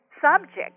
subjects